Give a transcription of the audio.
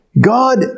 God